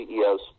CEOs